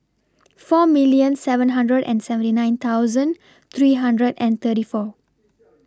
four million seven hundred and seventy nine thousand three hundred and thirty four